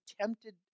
tempted